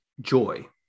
joy